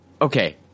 okay